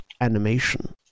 animation